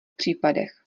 případech